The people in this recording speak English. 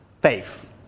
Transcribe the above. faith